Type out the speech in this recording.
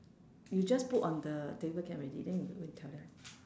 you just put on the table can already then you go and tell them